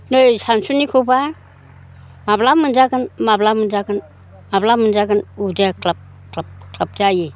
नै सानसुनिखौबा माब्ला मोनजागोन माब्ला मोनजागोन माब्ला मोनजागोन उदैया ख्लाब ख्लाब ख्लाब जायो